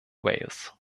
wales